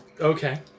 Okay